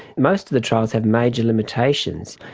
most of the trials have major limitations.